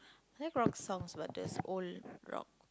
I like rock songs but just old rock